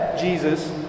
Jesus